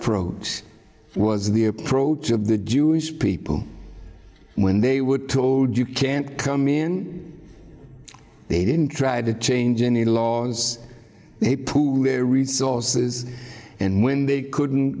approach was the approach of the jewish people when they were told you can't come in they didn't try to change any laws they pool their resources and when they couldn't